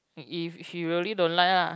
if she really don't like uh